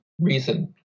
reason